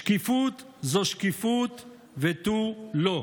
שקיפות זו שקיפות ותו לא,